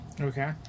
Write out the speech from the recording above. Okay